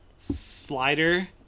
slider